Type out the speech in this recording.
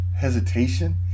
Hesitation